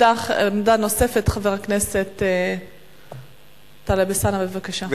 עמדה נוספת, חבר הכנסת טלב אלסאנע, בבקשה.